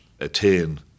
attain